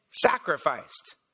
sacrificed